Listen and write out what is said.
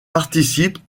participe